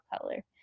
color